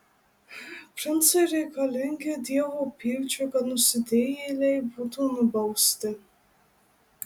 princai reikalingi dievo pykčiui kad nusidėjėliai būtų nubausti